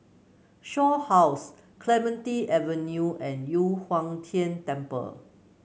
Shaw House Clementi Avenue and Yu Huang Tian Temple